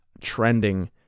trending